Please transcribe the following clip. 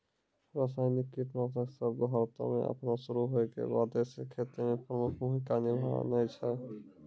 रसायनिक कीटनाशक सभ भारतो मे अपनो शुरू होय के बादे से खेती मे प्रमुख भूमिका निभैने छै